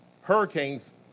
hurricanes